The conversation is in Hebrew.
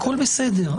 הכול בסדר.